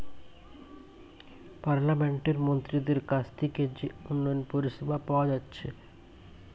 পার্লামেন্টের মন্ত্রীদের কাছ থিকে যে উন্নয়ন পরিষেবা পাওয়া যাচ্ছে